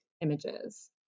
images